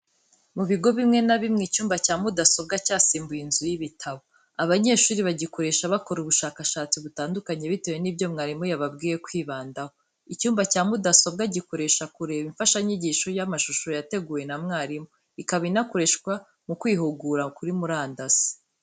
Mu bigo bimwe na bimwe icyumba cya mudasobwa cyasimbuye inzu y'ibitabo, abanyeshuri bagikoresha bakora ubushakashatsi butandukanye bitewe nibyo mwarimu yababwiye kwibandaho. Icyumba cya mudasobwa gikoresha kureba imfashanyigisho y'amashusho yateguwe na mwarimu, ikaba inakoreshwa mu kwihugura kuri murandasi.